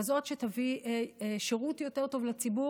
כזאת שתביא שירות יותר טוב לציבור,